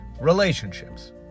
Relationships